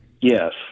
Yes